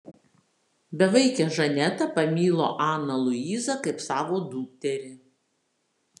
bevaikė žaneta pamilo aną luizą kaip savo dukterį